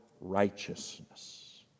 righteousness